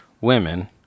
women